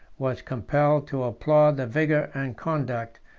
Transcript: was compelled to applaud the vigor and conduct,